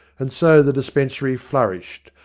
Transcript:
and so the dispensary flourished,